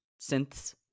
Synths